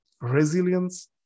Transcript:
resilience